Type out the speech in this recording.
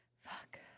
Fuck